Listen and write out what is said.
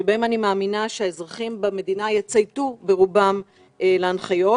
שבה אני מאמינה שהאזרחים במדינה יצייתו ברובם להנחיות,